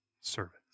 servants